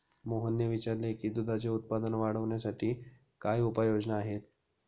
मोहनने विचारले की दुधाचे उत्पादन वाढवण्यासाठी काय उपाय योजना आहेत?